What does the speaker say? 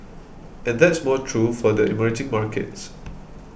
and that's more true for the emerging markets